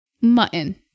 Mutton